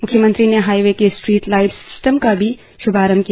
म्ख्यमंत्री ने हाईवे के स्ट्रीट लाईट सिस्टम का भी श्भारंम किया